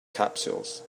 capsules